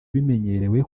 bimenyerewe